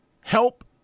help